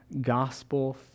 gospel